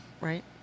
Right